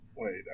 Wait